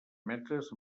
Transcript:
metres